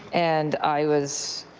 and i was,